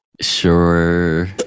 Sure